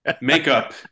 makeup